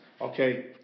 Okay